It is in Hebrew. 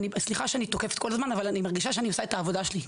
סליחה שאני תוקפת כל הזמן אבל אני מרגישה שאני עושה את העבודה שלי.